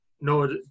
no